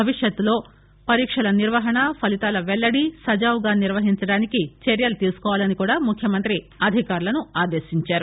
భవిష్యత్తులో పరీక్షల నిర్వహణ ఫలీతాల పెల్లడి సజావుగా నిర్వహించేందుకు చర్యలు తీసుకోవాలని కూడా ముఖ్యమంత్రి అధికారులను ఆదేశించారు